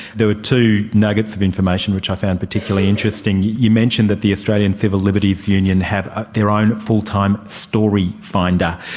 there were two nuggets of information which i found particularly interesting. you mentioned that the australian civil liberties union have ah their own full-time story finder,